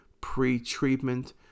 pre-treatment